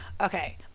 Okay